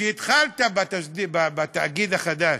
כשהתחלת בתאגיד החדש,